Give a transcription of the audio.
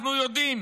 אנחנו יודעים